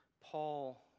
Paul